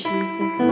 Jesus